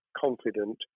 confident